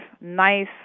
nice